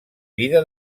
vida